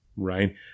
Right